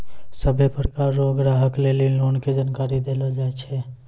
सभ्भे प्रकार रो ग्राहक लेली लोन के जानकारी देलो जाय छै